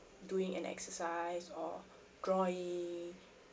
doing an exercise or drawing